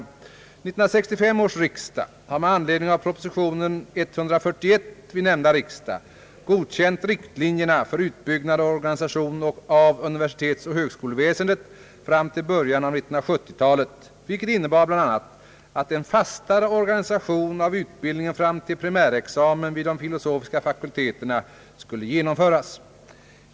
1965 års riksdag har med anledning av proposition 1965:141 godkänt riktlinjerna för utbyggnad och organisation av universitetsoch högskoleväsendet fram till början av 1970-talet, vilket innebar bl.a. att en fastare organisation av utbildningen fram till primärexamen vid de filosofiska fakulteterna skulle genomföras.